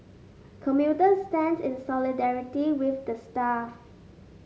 commuter stands in solidarity with the staff